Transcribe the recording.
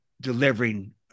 delivering